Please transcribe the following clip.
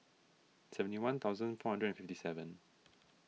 seventy one thousand four hundred and fifty seven